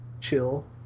chill